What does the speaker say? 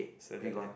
so that ya